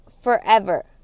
forever